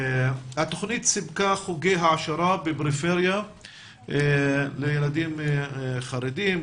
התוכנית סיפקה חוגי העשרה בפריפריה לילדים חרדים,